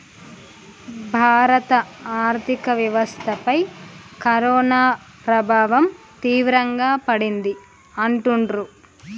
భారత ఆర్థిక వ్యవస్థపై కరోనా ప్రభావం తీవ్రంగా పడింది అంటుండ్రు